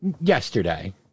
yesterday